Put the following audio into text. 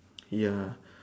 ya